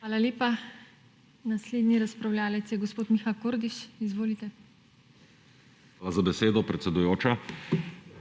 Hvala lepa. Naslednji razpravljavec je gospod Miha Kordiš. Izvolite. **MIHA KORDIŠ (PS Levica):** Hvala za besedo, predsedujoča.